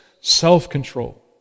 self-control